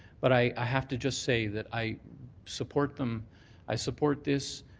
but i i have to just say that i support them i support this